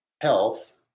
health